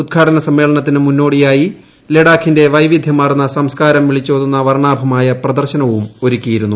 ഉദ്ഘാടന സമ്മേളനത്തിനു മുന്നോടിയായി ലഡാക്കിന്റെ വൈവിദ്ധ്യമാർന്ന സംസ്ക്കാരം വിളിച്ചോതുന്ന വർണാഭമായ പ്രദർശനവും ഒരുക്കിയിരുന്നു